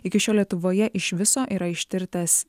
iki šiol lietuvoje iš viso yra ištirtas